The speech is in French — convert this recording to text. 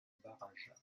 barraja